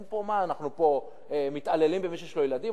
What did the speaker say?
אין פה, מה, אנחנו פה מתעללים במי שיש לו ילדים?